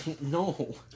No